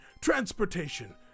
transportation